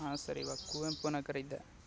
ಹಾನ್ sir ಇವಾಗ ಕುವೆಂಪು ನಗರ ಇದೆ